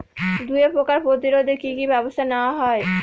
দুয়ে পোকার প্রতিরোধে কি কি ব্যাবস্থা নেওয়া হয়?